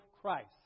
Christ